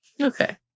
okay